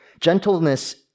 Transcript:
Gentleness